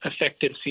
effective